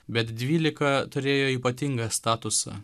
bet dvylika turėjo ypatingą statusą